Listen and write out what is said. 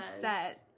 set